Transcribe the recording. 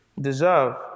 deserve